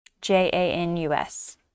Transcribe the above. J-A-N-U-S